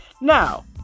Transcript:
Now